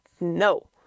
no